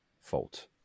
fault